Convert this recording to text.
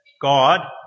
God